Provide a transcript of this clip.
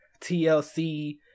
TLC